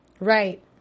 Right